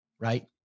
Right